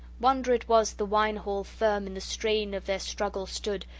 wonder it was the wine-hall firm in the strain of their struggle stood,